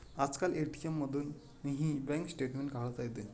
आजकाल ए.टी.एम मधूनही bank statement काढता येते